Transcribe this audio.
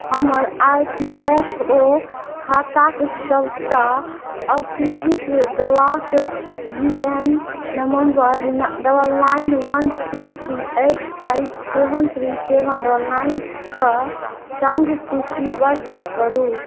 हमर I P F O खाता के सबटा अस्वीकृत दावाक U N number double nine one two three eight five seven three seven double nine कऽ संग सूचीबद्ध करु